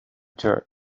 jerk